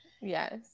Yes